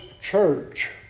church